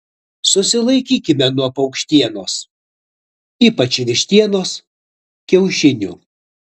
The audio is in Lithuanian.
susilaikykite nuo paukštienos ypač vištienos kiaušinių